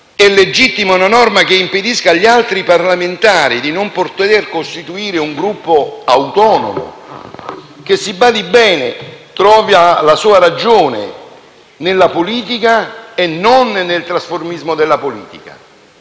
legittima una norma che impedisca agli altri parlamentari di poter costituire un Gruppo autonomo che - si badi bene - trovi la sua ragione nella politica e non nel trasformismo della politica,